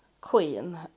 queen